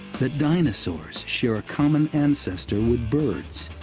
that dinosaurs share a common ancestor with birds